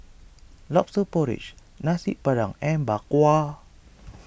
Lobster Porridge Nasi Padang and Bak Kwa